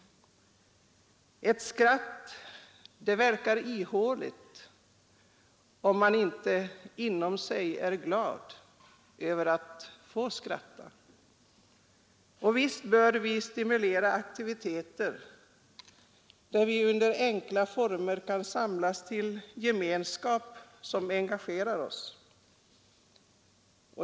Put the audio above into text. Ett skratt verkar ihåligt om man inte inom sig är glad över att få skratta. Därför bör vi stimulera aktiviteter, där vi under enkla former kan samlas till gemenskap och engagera oss.